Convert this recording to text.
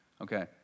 Okay